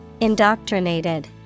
Indoctrinated